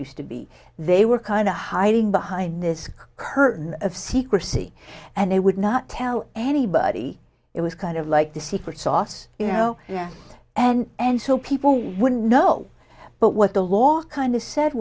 used to be they were kind of hiding behind this curtain of secrecy and they would not tell anybody it was kind of like the secret sauce you know yeah and and so people wouldn't know but what the law kind of said